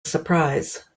surprise